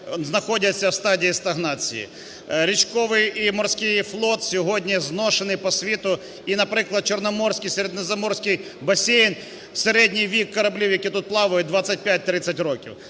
знаходяться у стадії стагнації. Річковий і морський флот сьогодні зношений по світу, і, наприклад, Чорноморський, Середземноморський басейн, середній вік кораблів, які тут плавають, 25-30 років.